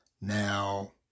Now